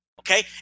okay